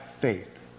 faith